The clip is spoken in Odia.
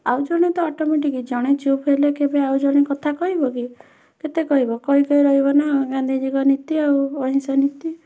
ଆଉ ଜଣେ ତ ଅଟମେଟିକ୍ ଜଣେ ଚୁପ୍ ହେଲେ କେବେ ଆଉ ଜଣେ କଥା କହିବ କି କେତେ କହିବ କହି କହି ରହିବ ନା ଆଉ ଗାନ୍ଧିଜୀଙ୍କ ନୀତି ଆଉ ଅହିଂସା ନୀତି